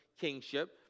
kingship